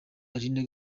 aline